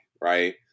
Right